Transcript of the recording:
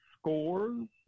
scores